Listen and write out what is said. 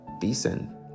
decent